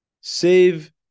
Save